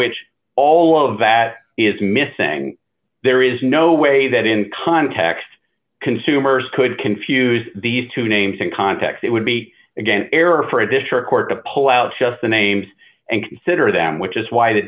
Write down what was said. which all of that is missing there is no way that in context consumers could confuse these two names in context it would be against error for a district court of pull out just the names and consider them which is why the